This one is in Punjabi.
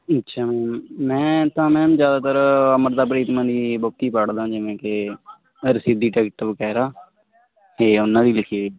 ਅੱਛਾ ਜੀ ਮੈਂ ਤਾਂ ਮੈਮ ਜਿਆਦਾਤਰ ਅੰਮ੍ਰਿਤਾ ਪ੍ਰੀਤਮ ਦੀ ਬੁੁੱਕ ਈ ਪੜਦਾ ਜਿਵੇਂ ਕਿ ਰਸੀਦੀ ਟਿਕਟ ਵਗੈਰਾ ਤੇ ਉਹਨਾਂ ਦੀ ਲਿਖੀ